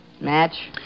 Match